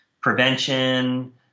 prevention